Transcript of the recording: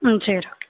சரி ஓகே